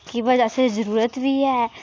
केह् भाई असेंगी जरूरत बी ऐ